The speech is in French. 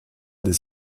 des